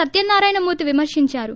సత్యనారాయణమూర్తి విమర్పించారు